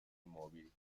immobili